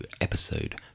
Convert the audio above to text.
episode